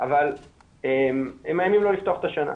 אבל הם מאיימים לא לפתוח את השנה.